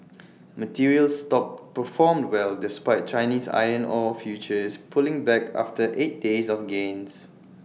materials stocks performed well despite Chinese iron ore futures pulling back after eight days of gains